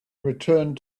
returned